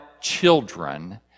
children